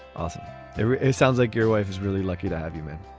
awesome it sounds like your wife is really lucky to have you, man